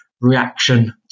reaction